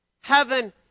Heaven